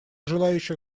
желающих